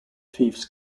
fiefs